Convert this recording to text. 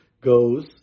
goes